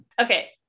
Okay